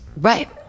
Right